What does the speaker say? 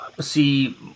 see